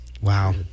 wow